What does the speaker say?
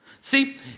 See